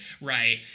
Right